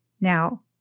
Now